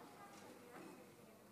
אדוני היושב-ראש, חבריי